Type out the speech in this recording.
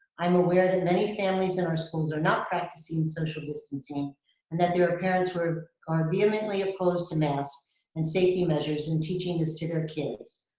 i'm aware that many families in our schools are not practicing social distancing and that their ah parents are vehemently opposed to masks and safety measures and teaching this to their kids.